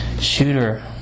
shooter